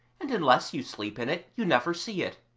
and unless you sleep in it you never see it.